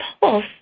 pulse